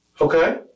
Okay